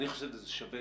אני חושב שזה שווה,